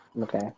Okay